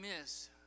miss